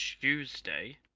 Tuesday